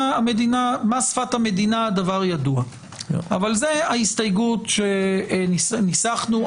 מה שפת המדינה זה דבר ידוע אבל זו ההסתייגות שאנחנו ניסחנו.